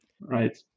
Right